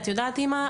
את יודעת אימא,